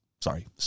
sorry